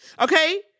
Okay